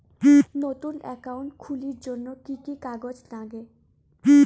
নতুন একাউন্ট খুলির জন্যে কি কি কাগজ নাগে?